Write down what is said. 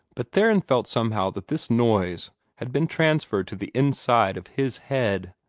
but theron felt somehow that this noise had been transferred to the inside of his head.